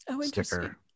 sticker